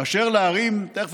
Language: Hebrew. באשר לערים, איך?